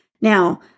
Now